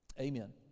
Amen